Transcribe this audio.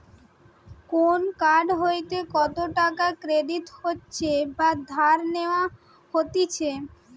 কোন কার্ড হইতে কত টাকা ক্রেডিট হচ্ছে বা ধার লেওয়া হতিছে